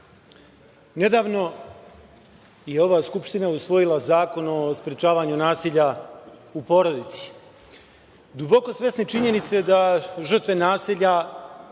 je ova Skupština usvojila Zakon o sprečavanju nasilja u porodici, duboko svesni činjenice da žrtve nasilja